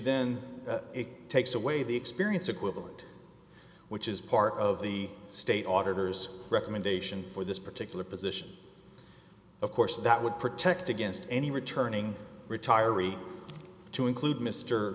then takes away the experience equivalent which is part of the state auditor's recommendation for this particular position of course that would protect against any returning retiree to include mr